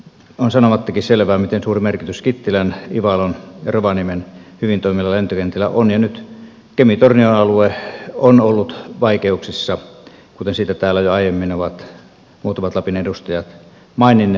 on sanomattakin selvää miten suuri merkitys kittilän ivalon ja rovaniemen hyvin toimivilla lentokentillä on ja nyt kemitornio alue on ollut vaikeuksissa kuten siitä täällä jo aiemmin ovat muutamat lapin edustajat maininneet